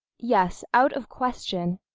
yes, out of question.